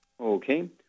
Okay